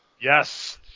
Yes